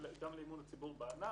(ב)